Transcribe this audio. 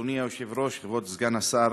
אדוני היושב-ראש, כבוד סגן השר,